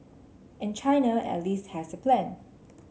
and China at least has a plan